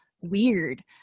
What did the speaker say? weird